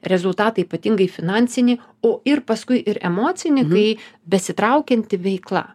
rezultatą ypatingai finansinį o ir paskui ir emocinį kai besitraukianti veikla